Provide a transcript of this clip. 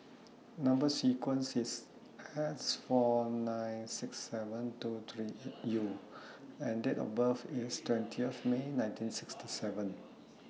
Number sequence IS S four nine six seven two three eight U and Date of birth IS twentieth May nineteen sixty seven